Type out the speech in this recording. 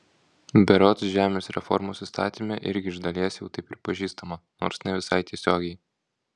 berods žemės reformos įstatyme irgi iš dalies jau tai pripažįstama nors ne visai tiesiogiai